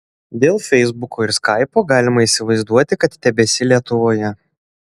dėl feisbuko ir skaipo galima įsivaizduoti kad tebesi lietuvoje